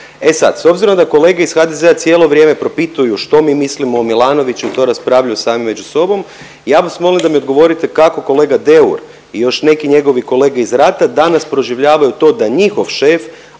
E sad s obzirom da kolege iz HDZ-a cijelo vrijeme propituje što mi mislimo o Milanoviću i to raspravljaju sami među sobom, ja bi vas molio da mi odgovorite kako kolega Deur i još neki njegovi kolege iz rata danas proživljavaju to da njihov šef